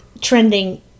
trending